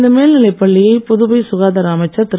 இந்த மேல்நிலைப் பள்ளியை புதுவை சுகாதார அமைச்சர் திரு